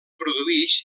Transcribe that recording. produïx